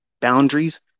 boundaries